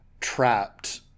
trapped